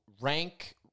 rank